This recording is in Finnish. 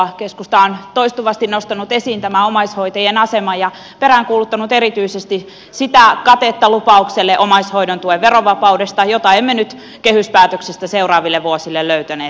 keskusta on toistuvasti nostanut esiin omaishoitajien aseman ja peräänkuuluttanut erityisesti katetta lupaukselle omaishoidon tuen verovapaudesta jota emme nyt kehyspäätöksestä seuraaville vuosille löytäneet